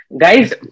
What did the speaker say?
Guys